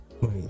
Wait